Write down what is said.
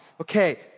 okay